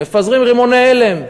מפזרים רימוני הלם.